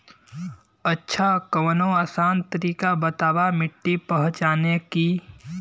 अच्छा कवनो आसान तरीका बतावा मिट्टी पहचाने की?